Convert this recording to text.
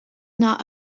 not